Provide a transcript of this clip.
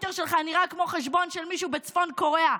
הטוויטר שלך נראה כמו חשבון של מישהו בצפון קוריאה.